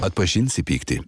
atpažinsi pyktį